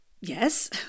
yes